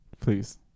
Please